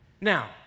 now